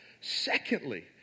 Secondly